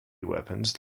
weapons